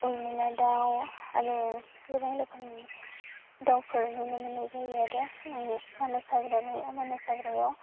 उरमिला दाव आरो गोबां रोखोमनि दावफोर नुनो मोन्नाय जायो आरो मानास हाग्रामा मानास हाग्रायाव